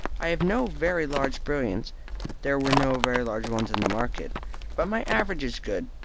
i have no very large brilliants there were no very large ones in the market but my average is good.